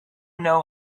know